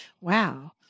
wow